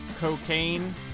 cocaine